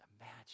Imagine